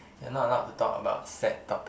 you are not allowed to talk about sad topic